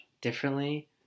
differently